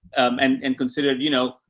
um, and and considered, you know,